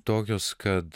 tokios kad